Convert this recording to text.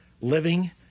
Living